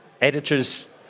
editors